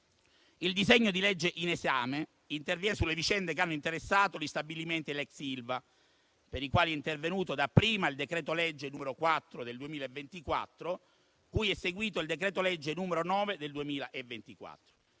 Il disegno di legge in esame interviene sulle vicende che hanno interessato gli stabilimenti dell'ex Ilva, per i quali è intervenuto dapprima il decreto-legge n. 4 del 2024, cui è seguito il decreto-legge n. 9 del 2024.